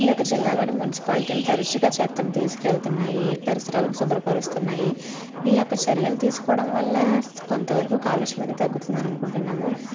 ఈ యొక్క జిల్లాలోని మున్సిపాలిటీలు తరుచుగా చెత్తను తీసుకెళ్తున్నా యి పరిసరాలను శుభ్ర పరుస్తున్నాయి ఈ యొక్క చర్యలు తీసుకోవడం వల్ల కొంతవరకు కాలుష్యమయితే తగ్గుతుందని అనుకుంటున్నాము